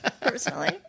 personally